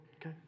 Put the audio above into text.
Okay